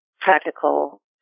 practical